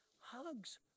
hugs